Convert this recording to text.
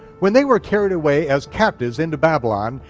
when they were carried away as captives into babylon,